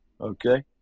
Okay